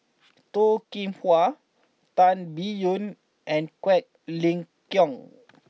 Toh Kim Hwa Tan Biyun and Quek Ling Kiong